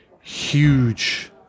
huge